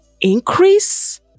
increase